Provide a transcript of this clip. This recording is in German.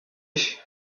ich